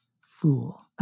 Fool